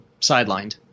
sidelined